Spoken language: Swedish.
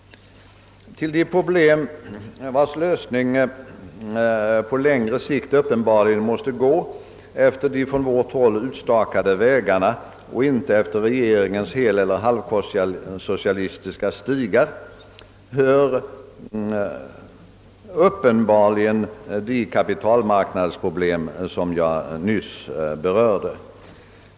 Till de problem vilkas lösning på längre sikt måste gå efter de från vårt håll utstakade vägarna och inte efter regeringens heleller halvsocialistiska stigar hör uppenbarligen de kapitalmarknadsproblem som jag nyss nämnde.